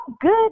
good